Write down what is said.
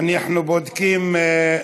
אנחנו בודקים.